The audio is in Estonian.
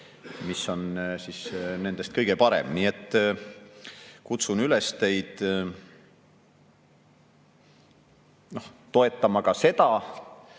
mis on nendest kõige parem. Nii et kutsun teid üles toetama ka seda